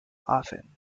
often